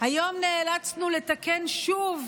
נאלצנו לתקן שוב